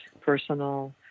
personal